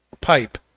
pipe